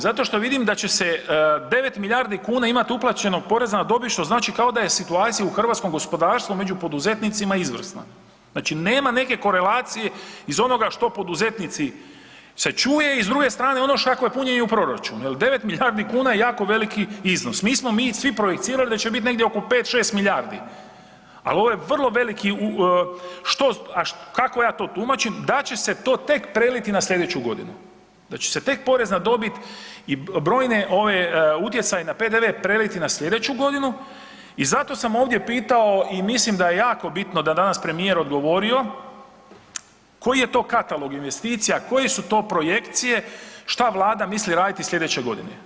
Zato što vidim da će se 9 milijardi kuna imati uplaćenog poreza na dobit što znači kao da je situacije u hrvatskom gospodarstvu među poduzetnicima izvrsna, znači nema neke korelacije iz onoga što poduzetnici se čuje i s druge strane ono kakvo je punjenje u proračunu, jel 9 milijardi kuna je jako veliki iznos, mi smo svi projicirali da će biti negdje oko 5-6 milijardi, ali ovo je vrlo veliki, što, a kako ja to tumačim?, da će se to tek preliti na sljedeću godinu, da će se tek porez na dobit i brojne ove, utjecaj na PDV preliti na sljedeću godinu i zato sam ovdje pitao, i mislim da je jako bitno da danas premijer odgovorio koji je to katalog investicija, koje su to projekcije, šta Vlada misli raditi sljedeće godine.